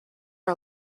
are